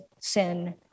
sin